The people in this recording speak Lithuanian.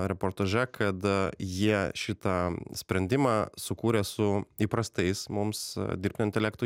reportaže kad jie šitą sprendimą sukūrė su įprastais mums dirbtinio intelekto